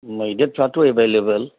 मैदेरफ्राथ' एभैलोबोल